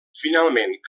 finalment